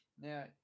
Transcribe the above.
Now